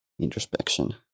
introspection